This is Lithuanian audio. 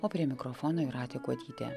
o prie mikrofono jūratė kuodytė